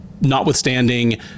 notwithstanding